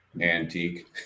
antique